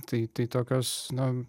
tai tai tokios na